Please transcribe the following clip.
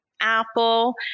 Apple